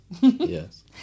Yes